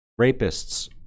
rapists